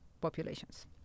populations